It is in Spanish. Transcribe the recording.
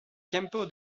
tiempo